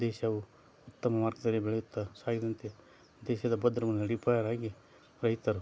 ದೇಶವು ಉತ್ತಮ ಮಾರ್ಗದಲ್ಲಿ ಬೆಳೆಯುತ್ತ ಸಾಗಿದಂತೆ ದೇಶದ ಭದ್ರಮನ ಅಡಿಪಾಯರಾಗಿ ರೈತರು